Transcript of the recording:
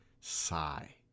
sigh